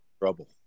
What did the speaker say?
trouble